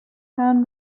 found